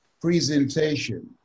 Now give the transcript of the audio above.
presentation